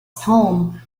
home